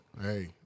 Hey